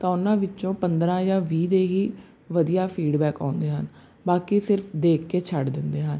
ਤਾਂ ਉਹਨਾਂ ਵਿੱਚੋਂ ਪੰਦਰਾਂ ਜਾਂ ਵੀਹ ਦੇ ਹੀ ਵਧੀਆ ਫੀਡਬੈਕ ਆਉਂਦੇ ਹਨ ਬਾਕੀ ਸਿਰਫ ਦੇਖ ਕੇ ਛੱਡ ਦਿੰਦੇ ਹਨ